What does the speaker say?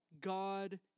God